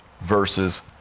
versus